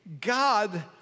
God